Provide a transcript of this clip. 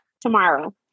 tomorrow